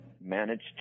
managed